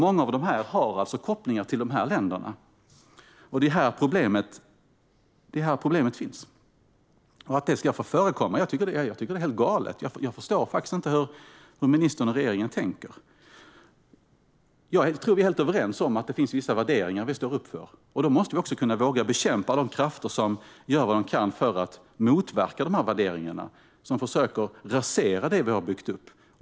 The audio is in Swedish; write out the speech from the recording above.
Många av dessa har alltså kopplingar till de här länderna, och det är här problemet finns. Att detta ska få förekomma tycker jag är helt galet! Jag förstår faktiskt inte hur ministern och regeringen tänker. Jag tror att vi är helt överens om att det finns vissa värderingar som vi står upp för. Då måste vi också våga bekämpa de krafter som gör vad de kan för att motverka dessa värderingar och försöker rasera det vi har byggt upp.